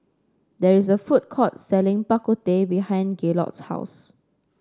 there is a food court selling Bak Kut Teh behind Gaylord's house